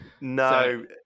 No